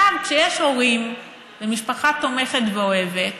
כשיש הורים ומשפחה תומכת ואוהבת,